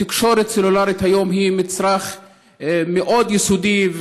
תקשורת סלולרית היום היא מצרך מאוד יסודי,